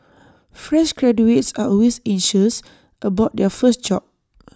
fresh graduates are always anxious about their first job